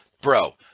Bro